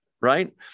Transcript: right